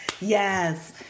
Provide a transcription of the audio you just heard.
yes